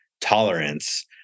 tolerance